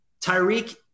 Tyreek